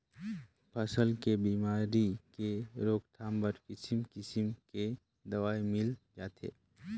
फसल के बेमारी के रोकथाम बर किसिम किसम के दवई मिल जाथे